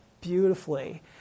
beautifully